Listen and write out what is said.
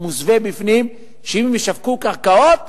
מוסווה בפנים, שאם הם ישווקו קרקעות,